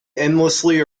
endlessly